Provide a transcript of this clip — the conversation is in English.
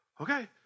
okay